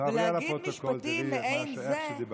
תעברי על הפרוטוקול, תראי איך דיברת.